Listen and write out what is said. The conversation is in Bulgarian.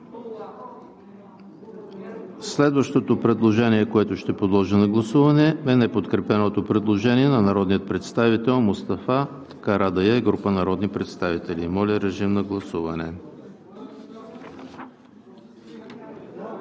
Следващото предложение, което ще подложа на гласуване, е неподкрепеното предложение на народния представител Мустафа Карадайъ и група народни представители. Гласували